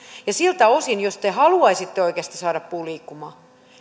siltä osin jos te haluaisitte oikeasti saada puun liikkumaan